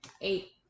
Eight